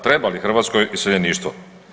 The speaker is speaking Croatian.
Treba li Hrvatskoj iseljeništvo?